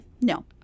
no